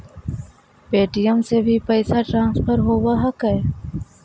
Paytm से भी पैसा ट्रांसफर होवहकै?